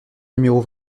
numéro